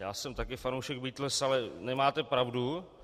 Já jsem taky fanoušek Beatles, ale nemáte pravdu.